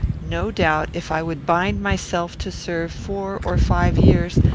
no doubt, if i would bind myself to serve four or five years,